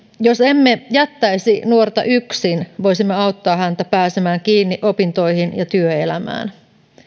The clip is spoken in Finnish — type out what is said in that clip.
jos emme jättäisi nuorta yksin voisimme auttaa häntä pääsemään kiinni opintoihin ja työelämään